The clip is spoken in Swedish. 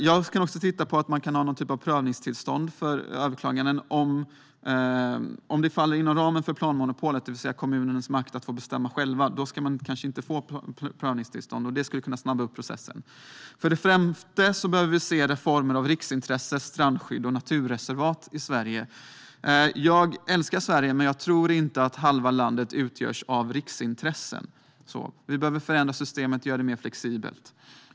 Jag tycker att man kan titta på om det ska vara någon typ av prövningstillstånd för överklaganden. Om det faller inom ramen för planmonopolet, det vill säga kommunens makt att få bestämma själv, ska man kanske inte få prövningstillstånd. Det skulle kunna snabba på processen. För det femte: Vi behöver se reformer när det gäller riksintresse, strandskydd och naturreservat i Sverige. Jag älskar Sverige, men jag tror inte att halva landet utgörs av riksintressen. Vi behöver förändra systemet och göra det mer flexibelt.